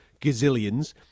gazillions